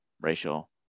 racial